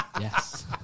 Yes